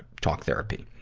talk therapy.